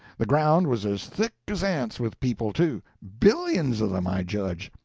the ground was as thick as ants with people, too billions of them, i judge.